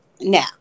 Now